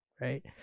right